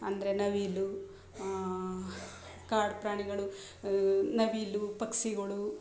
ಅಂದರೆ ನವಿಲು ಕಾಡು ಪ್ರಾಣಿಗಳು ನವಿಲು ಪಕ್ಷಿಗುಳು